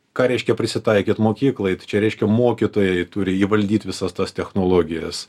ką reiškia prisitaikyt mokyklai čia reiškia mokytojai turi įvaldyt visas tas technologijas